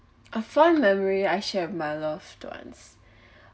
a fond memory I share with my loved ones